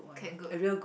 okay good